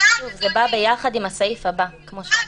זה בא ביחד עם הסעיף, כמו שאמרתי.